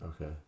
okay